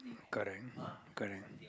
correct correct